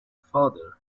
father